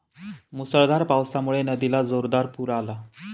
मुसळधार पावसामुळे नदीला जोरदार पूर आला